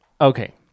Okay